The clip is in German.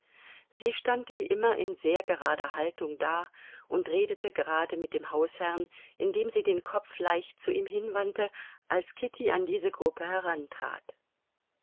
sie stand wie immer in sehr gerader haltung da und redete gerade mit dem hausherrn indem sie den kopf leicht zu ihm hinwandte als kitty an diese gruppe